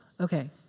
okay